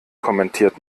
kommentiert